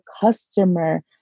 customer